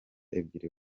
ebyiri